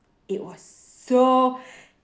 it was so